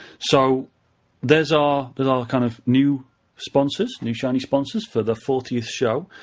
so there's ah there's our kind of new sponsors, new shiny sponsors for the fortieth show.